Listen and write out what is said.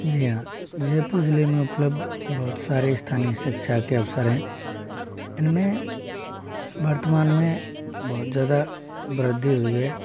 जी हाँ जयपुर जिले में उपलब्ध बहुत सारे स्थानीय शिक्षा के अवसर हैं इनमें वर्तमान में बहुत ज़्यादा वृद्धि हुई है